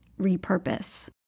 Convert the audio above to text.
repurpose